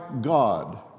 God